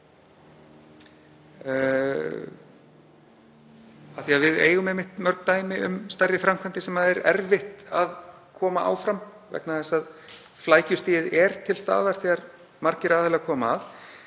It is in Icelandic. sýn. Við eigum einmitt mörg dæmi um stærri framkvæmdir sem erfitt er að koma áfram vegna þess að flækjustigið er til staðar þegar margir aðilar koma að